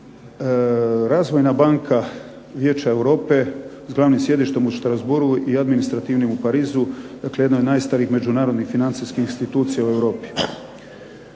Razvojna banka Vijeća Europe s glavnim sjedištem u Strasbourgu i administrativnim u Parizu, dakle jedna je od najstarijih međunarodnih financijskih institucija u Europi.